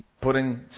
putting